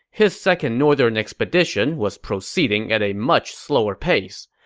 his second northern expedition was proceeding at a much slower pace.